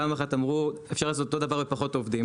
פעם אחת אמרו אפשר לעשות אותו דבר רק פחות עובדים,